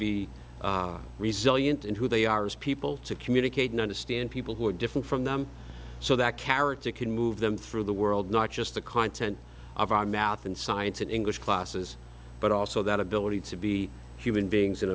be resilient and who they are as people to communicate and understand people who are different from them so that character can move them through the world not just the content of our math and science in english classes but also that ability to be human beings